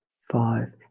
five